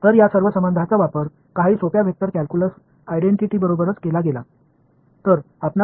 எனவே இந்த உறவுகள் அனைத்தும் சில எளிய வெக்டர் கால்குலஸ் அடையாளங்களுடன் பயன்படுத்தப்பட்டன